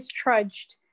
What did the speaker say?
trudged